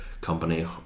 company